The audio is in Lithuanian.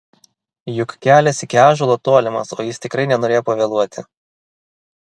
juk kelias iki ąžuolo tolimas o jis tikrai nenorėjo pavėluoti